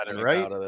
right